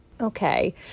okay